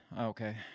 Okay